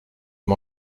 mon